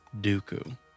Dooku